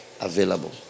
available